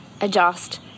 adjust